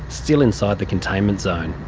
still inside the containment zone.